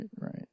right